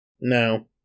No